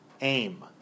aim